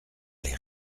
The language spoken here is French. les